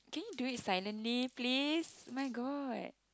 do it silently please oh-my-god